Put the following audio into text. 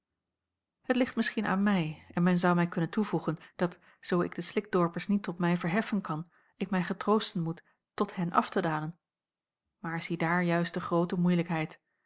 het ligt misschien aan mij en men zou mij kunnen toevoegen dat zoo ik de slikdorpers niet tot mij verheffen kan ik mij getroosten moet tot hen af te dalen maar ziedaar juist de groote moeilijkheid